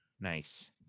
Nice